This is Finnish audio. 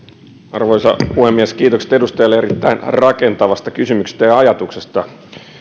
arvoisa puhemies kiitokset edustajalle erittäin rakentavasta kysymyksestä ja ajatuksesta